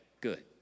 Good